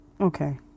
Okay